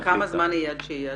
וכמה זמן עד שיהיה התקן?